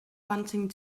wanting